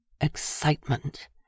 excitement